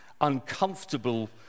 uncomfortable